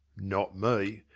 not me.